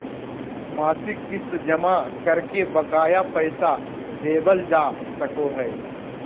मासिक किस्त जमा करके बकाया पैसा देबल जा सको हय